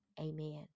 Amen